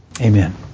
Amen